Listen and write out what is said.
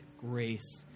grace